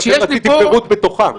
לכן רציתי פירוט בתוכה.